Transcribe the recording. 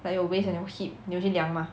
like your waist and your hip 你有去量 mah